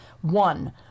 One